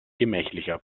gemächlicher